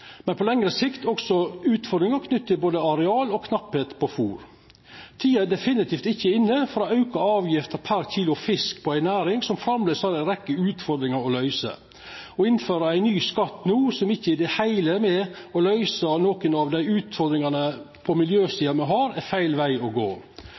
men på lengre sikt også utfordringane knytte til areal og mangel på fôr. Tida er definitivt ikkje inne for å auka avgifta per kilo fisk i ei næring som framleis har ei rekkje utfordringar å løyse. Å innføre ein skatt ny no – som ikkje i det heile er med på å løyse nokon av utfordringane me har på